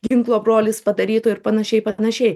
ginklo brolis padarytų ir panašiai panašiai